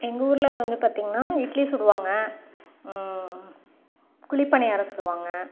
எங்கள் ஊரில் வந்து பார்த்தீங்கன்னா இட்லி சுடுவாங்க குழிபணியாரம் சுடுவாங்க